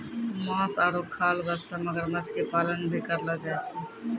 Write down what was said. मांस आरो खाल वास्तॅ मगरमच्छ के पालन भी करलो जाय छै